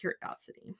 curiosity